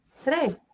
today